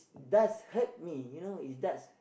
it does hurt me you know it does